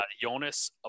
Jonas